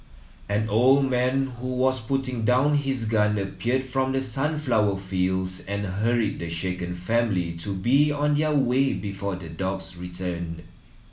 an old man who was putting down his gun appeared from the sunflower fields and hurried the shaken family to be on their way before the dogs return